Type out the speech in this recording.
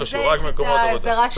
רק מקומות עבודה, ולזה יש ההגדרה שלו.